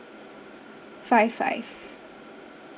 five five